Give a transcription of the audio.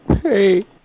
Hey